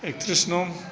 एकथ्रिस नं